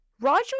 Roger